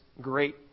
great